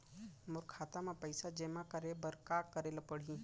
मोर खाता म पइसा जेमा करे बर का करे ल पड़ही?